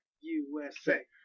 USA